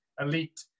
elite